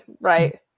right